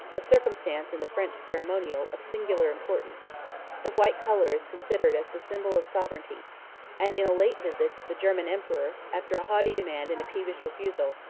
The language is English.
a circumstance, in the french ceremonial, of singular importance the white color is considered as the symbol of sovereignty and, in a late visit, the german emperor, after a haughty demand and a peevish refusal,